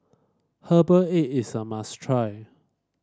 Herbal Egg is a must try